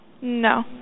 No